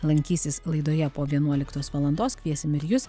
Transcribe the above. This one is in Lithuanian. lankysis laidoje po vienuoliktos valandos kviesime ir jus